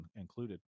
included